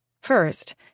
First